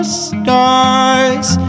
stars